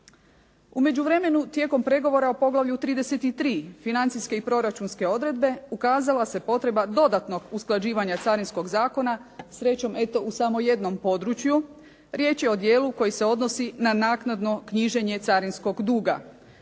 U međuvremenu tijekom pregovor o poglavlju – 33. Financijske i proračunske odredbe ukazala se potreba dodatnog usklađivanja Carinskog zakona, srećom eto u samo jednom području. Riječ je o dijelu koje se odnosi na naknadno knjiženje carinskog duga.